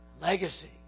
legacy